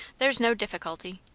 there's no difficulty.